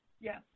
Yes